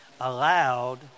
allowed